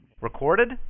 Recorded